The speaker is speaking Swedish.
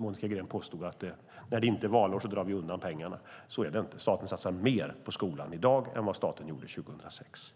Monica Green påstod att när det inte är valår så drar vi undan pengarna. Så är det inte. Staten satsar mer på skolan i dag än vad staten gjorde 2006.